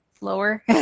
lower